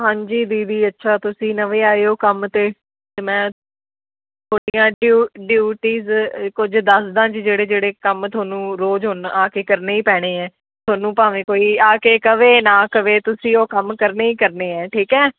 ਹਾਂਜੀ ਦੀਦੀ ਅੱਛਾ ਤੁਸੀਂ ਨਵੇਂ ਆਏ ਹੋ ਕੰਮ 'ਤੇ ਅਤੇ ਮੈਂ ਤੁਹਾਡੀਆਂ ਡਿਊ ਡਿਊਟੀਜ਼ ਅ ਕੁਝ ਦੱਸ ਦਾਂ ਜੀ ਜਿਹੜੇ ਜਿਹੜੇ ਕੰਮ ਤੁਹਾਨੂੰ ਰੋਜ਼ ਉਨ ਆ ਕੇ ਕਰਨੇ ਹੀ ਪੈਣੇ ਹੈ ਤੁਹਾਨੂੰ ਭਾਵੇਂ ਕੋਈ ਆ ਕੇ ਕਹੇ ਨਾ ਕਹੇ ਤੁਸੀਂ ਉਹ ਕੰਮ ਕਰਨੇ ਹੀ ਕਰਨੇ ਹੈ ਠੀਕ ਹੈ